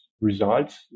results